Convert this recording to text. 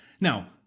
Now